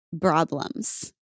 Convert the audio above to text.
Problems